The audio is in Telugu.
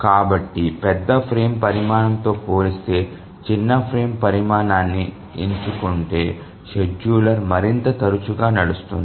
కాబట్టి పెద్ద ఫ్రేమ్ పరిమాణంతో పోలిస్తే చిన్న ఫ్రేమ్ పరిమాణాన్ని ఎంచుకుంటే షెడ్యూలర్ మరింత తరచుగా నడుస్తుంది